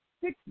six